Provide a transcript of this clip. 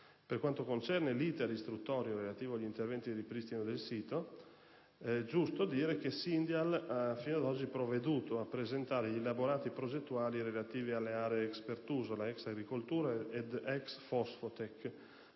Per quanto concerne l'*iter* istruttorio relativo agli interventi di ripristino del sito, è giusto dire che Syndial fino ad oggi ha provveduto a presentare gli elaborati progettuali relativi alle aree ex Pertusola, ex Agricoltura ed ex Fosfotec,